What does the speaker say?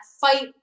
fight